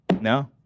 No